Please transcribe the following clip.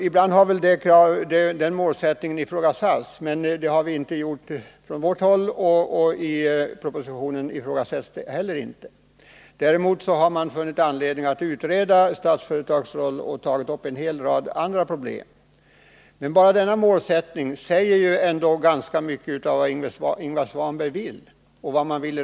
Ibland har väl denna målsättning ifrågasatts. Det har vi dock inte gjort från vårt håll, och inte heller ifrågasätts den i propositionen. Däremot har man funnit anledning att utreda Statsföretags roll och ta upp en hel rad andra problem. Men denna målsättning innehåller dock ganska mycket av vad Ingvar Svanberg och reservationen vill.